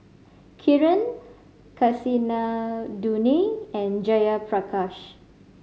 Kiran Kasinadhuni and Jayaprakash